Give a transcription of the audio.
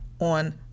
on